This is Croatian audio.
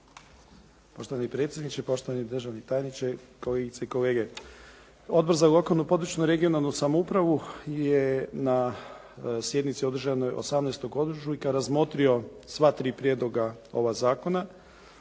Poštovani predsjedniče, poštovani državni tajniče kolegice i kolege. Odbor za lokalnu i područnu (regionalnu) samoupravu je na sjednici održanoj 18. ožujka razmotrio sva tri prijedloga ova zakona.